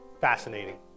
fascinating